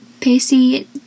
Pacey